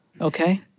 Okay